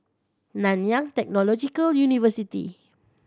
Nanyang Technological University